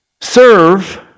Serve